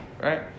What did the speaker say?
right